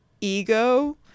ego